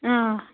آ